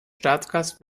staatsgast